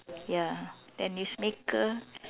ya then news maker